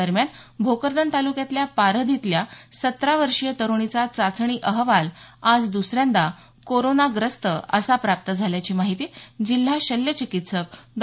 दरम्यान भोकरदन तालुक्यातल्या पारध इथल्या सतरा वर्षीय तरुणीचा चाचणी अहवाल आज द्सऱ्यांदा कोरोनाग्रस्त असा प्राप्त झाल्याची माहिती जिल्हा शल्य चिकित्सक डॉ